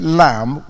lamb